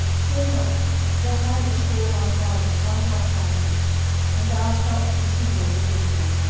fear not for the hand of saul my father shall not find thee and thou shalt be king over israel,